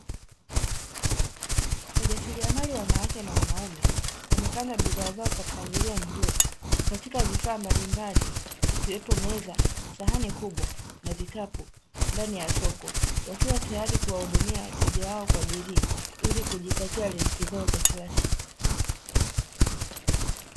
Wajasiriamali wanawake na wanaume wamepanga bidhaa zao kwa mpangilio mzuri katika vifaa mbalimbali, ikiwepo meza, sahani kubwa, na vikapu ndani ya soko wakiwa tayari kuwahudumia wateja wao kwa bidii, ili kujipatia riziki zao za kila siku.